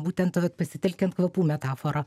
būtent vat pasitelkiant kvapų metaforą